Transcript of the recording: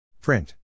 Print